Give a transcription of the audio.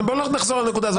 בוא לא נחזור על הנקודה הזו.